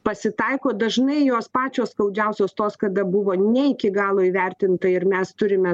pasitaiko dažnai jos pačios skaudžiausios tos kada buvo ne iki galo įvertinta ir mes turime